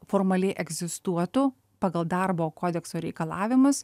formaliai egzistuotų pagal darbo kodekso reikalavimus